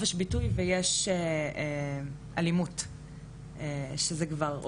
ואנחנו חייבים למצוא דרך להבדיל בין חופש ביטוי לבין אלימות.